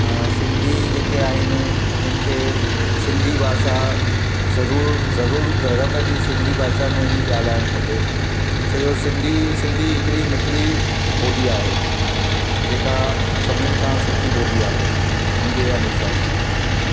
सिंधी जेके आहिनि उन्हनि खे सिंधी भाषा ज़रूरु ज़रूरु घर में बि सिंधी भाषा में ई ॻाल्हाइणु खपे छोजो सिंधी सिंधी हिकिड़ी मिठिड़ी ॿोली आहे जेका सभिनि खां सुठी ॿोली आहे मुंहिंजे अनुसार